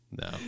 no